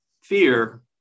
fear